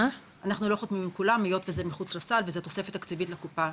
אנחנו לא חתומים עם כולם היות שזה מחוץ לסל וזה תוספת תקציבית לקופה.